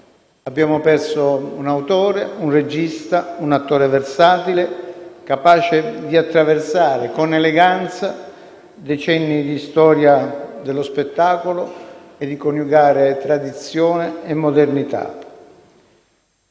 Abbiamo perso un autore, un regista, un attore versatile, capace di attraversare con eleganza decenni di storia dello spettacolo e di coniugare tradizione e modernità.